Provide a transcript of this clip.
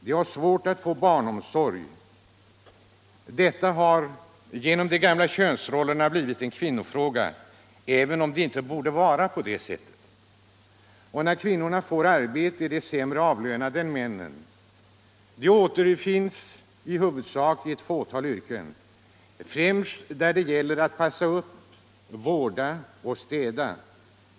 De har svårt att få barnomsorg —- denna har på grund av de gamla könsrollerna blivit en kvinnofråga även om den inte borde vara det. Och när kvinnor får arbete är de sämre avlönade än männen. De återfinns i huvudsak i ett fåtal yrken, främst sådana där det gäller att passa upp, vårda celler städa.